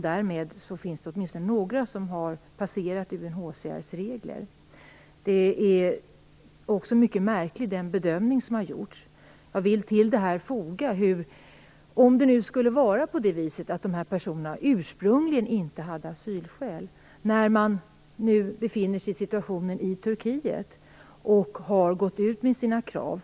Därmed finns det åtminstone några som har passerat UNHCR:s bedömning. Den bedömning som har gjorts är mycket märklig. Om det nu skulle vara på det viset att dessa personer ursprungligen inte hade asylskäl, har de det nu. I den situation de nu befinner sig i Turkiet har de gått ut med sina krav.